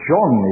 John